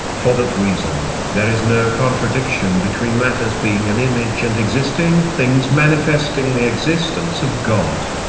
for that reason, there is no contradiction between matter's being an image and existing things manifesting the existence of god.